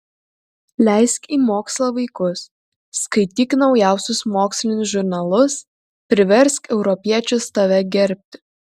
leisk į mokslą vaikus skaityk naujausius mokslinius žurnalus priversk europiečius tave gerbti